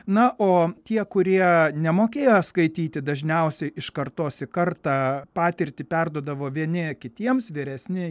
na o tie kurie nemokėjo skaityti dažniausiai iš kartos į kartą patirtį perduodavo vieni kitiems vyresni